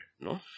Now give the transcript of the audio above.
No